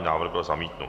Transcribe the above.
Návrh byl zamítnut.